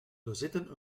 bezitten